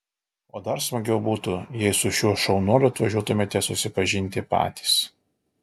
o dar smagiau būtų jei su šiuo šaunuoliu atvažiuotumėte susipažinti patys